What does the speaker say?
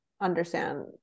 understand